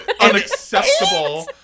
Unacceptable